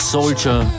Soldier